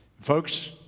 folks